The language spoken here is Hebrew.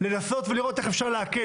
לנסות ולראות איך אפשר להקל.